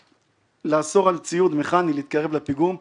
לאסור על ציוד מכני להתקרב לפיגום,